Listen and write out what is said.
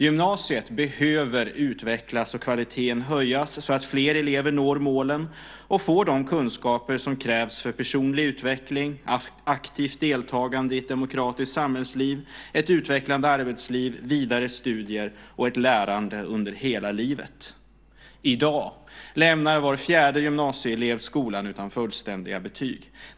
Gymnasiet behöver utvecklas och kvaliteten höjas så att fler elever når målen och får de kunskaper som krävs för personlig utveckling, aktivt deltagande i ett demokratiskt samhällsliv, ett utvecklande arbetsliv, vidare studier och ett lärande under hela livet. I dag lämnar var fjärde gymnasieelev skolan utan fullständiga betyg.